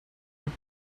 with